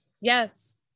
Yes